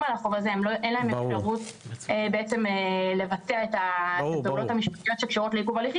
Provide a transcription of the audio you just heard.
זה אפשרות של קיצור של תקופת הרישום כשאנחנו מדברים על חיילים בפרט,